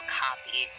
copy